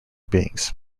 beings